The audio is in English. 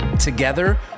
Together